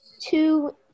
two